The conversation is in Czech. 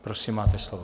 Prosím, máte slovo.